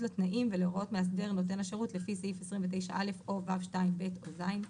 לתנאים ולהוראות מאסדר נותן השירות לפי סעיף 29(א) או (ו)(2)(ב) או (ז).